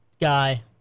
guy